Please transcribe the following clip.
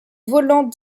volant